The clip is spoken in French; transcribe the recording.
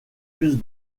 plus